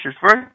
first